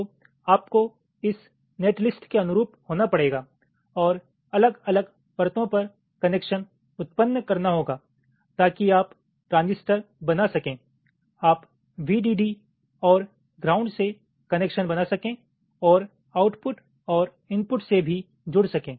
तो आपको इस नेटलिस्ट के अनुरूप होना पड़ेगा और अलग अलग परतों पर कनेक्शन उत्पन्न करना होगा ताकि आप ट्रांजिस्टरत्transistor बना सकें आप वीडीडी और ग्राउंड से कनेक्शन बना सके और आउटपुट और इनपुट से भी जुड़ सके